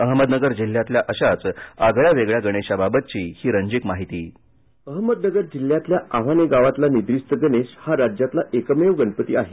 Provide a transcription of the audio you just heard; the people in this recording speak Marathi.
अहमदनगर जिल्ह्यातल्या अशाच आगळ्यावेगळ्या गणेशाबाबतची ही रंजक माहिती अहमदनगर जिल्ह्यातल्या आव्हाणे गावातला निद्रिस्त गणेश हा राज्यातला एकमेव निद्रिस्त गणपती आहे